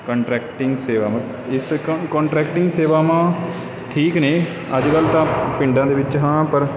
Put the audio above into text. contracting ਸੇਵਾਵਾਂ ਨੂੰ ਇਸ ਕੌਨ ਕਾਂਟਰੈਕਟਿੰਗ ਸੇਵਾਵਾਂ ਠੀਕ ਨੇ ਅੱਜ ਕੱਲ੍ਹ ਤਾਂ ਪਿੰਡਾਂ ਦੇ ਵਿੱਚ ਹਾਂ ਪਰ